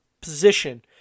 position